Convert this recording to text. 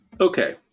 okay